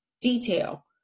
detail